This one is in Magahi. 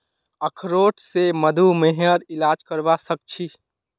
अखरोट स मधुमेहर इलाज करवा सख छी